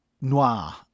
noir